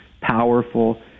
powerful